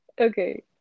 okay